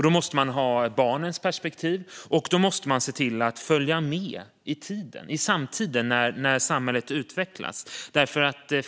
Då måste man se barnens perspektiv, och man måste se till att följa med i tiden när samhället utvecklas.